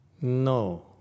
No